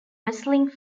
wrestling